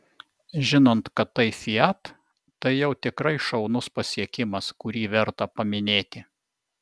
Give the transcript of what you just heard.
žinant kad tai fiat tai jau tikrai šaunus pasiekimas kurį verta paminėti